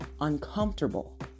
uncomfortable